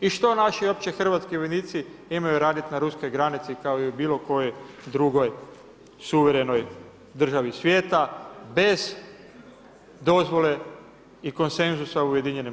I što naši uopće hrvatski vojnici imaju raditi na ruskoj granici kao i u bilo kojoj drugoj suvremenoj državi svijeta, bez dozvole i konsenzusa u UN-u.